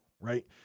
Right